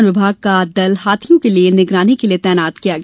वनविभाग का दल हाथियों के निगरानी के लिये तैनात किया गया